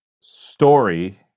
story